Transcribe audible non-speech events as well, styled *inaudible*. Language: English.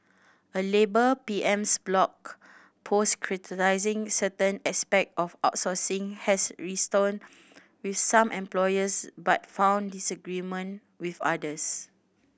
a labour P M's blog post criticising certain aspect of outsourcing has *unintelligible* with some employers but found disagreement with others